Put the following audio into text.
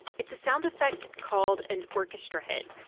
it's a sound effect called an orchestra hit.